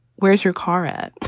where's your car at?